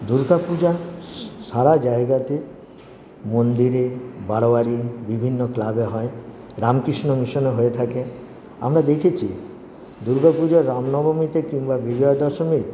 দুর্গাপূজা সারা জায়গাতে মন্দিরে বারোয়ারি বিভিন্ন ক্লাবে হয় রামকৃষ্ণ মিশনে হয়ে থাকে আমরা দেখেছি দুর্গাপূজা রাম নবমিতে কিংবা বিজয়া দশমীর